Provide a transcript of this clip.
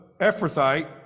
Ephrathite